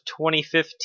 2015